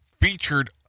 featured